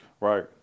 Right